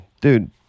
Dude